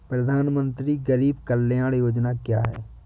प्रधानमंत्री गरीब कल्याण योजना क्या है?